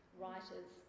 writers